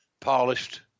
polished